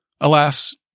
Alas